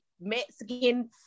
mexican